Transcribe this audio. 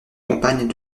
compagne